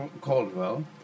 Caldwell